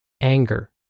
anger